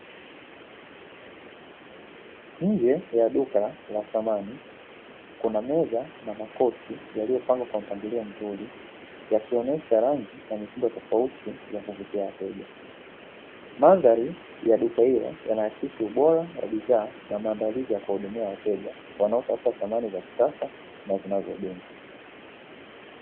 Nje ya duka la samani kuna meza na makochi yaliyopangwa kwa mpangilio mzuri yakionyesha rangi na mitindo tofauti ya kuvutia wateja. Mandhari ya duka hilo yanaakisi ubora wa bidhaa na maandalizi ya kuwahudumia wateja wanaotafuta samani za kisasa na zinazodumu.